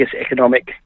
economic